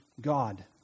God